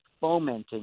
fomenting